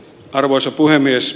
arvoisa puhemies